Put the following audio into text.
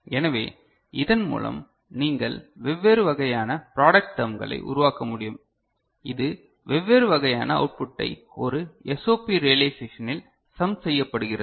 எனவே இதன் மூலம் நீங்கள் வெவ்வேறு வகையான ப்ராடக்ட் டர்ம்களை உருவாக்க முடியும் இது வெவ்வேறு வகையான அவுட்புட்டை ஒரு SOP ரியலைசேஷனில் சம் செய்யப்படுகிறது